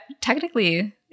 technically